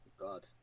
God